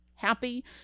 happy